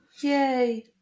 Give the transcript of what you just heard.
Yay